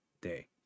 day